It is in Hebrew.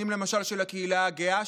למשל תכנים של הקהילה הגאה,